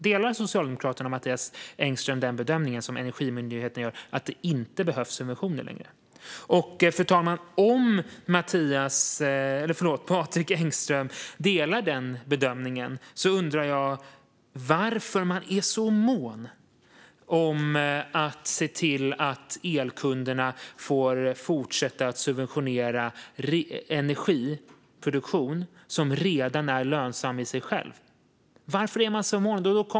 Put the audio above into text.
Delar Socialdemokraterna och Patrik Engström den bedömning som Energimyndigheten gör, nämligen att det inte behövs subventioner längre? Fru talman! Om Patrik Engström delar den bedömningen undrar jag varför man är så mån om att se till att elkunderna får fortsätta att subventionera energiproduktion som redan är lönsam i sig själv. Varför är man så mån om det?